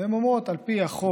והן אומרות: על פי החוק,